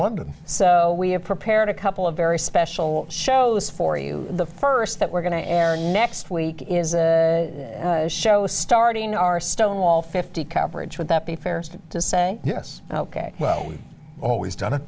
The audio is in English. london so we have prepared a couple of very special shows for you the first that we're going to air next week is a show starting our stonewall fifty coverage would that be fair to say yes ok well we've always done it